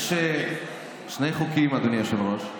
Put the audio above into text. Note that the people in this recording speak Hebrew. יש שני חוקים, אדוני היושב-ראש.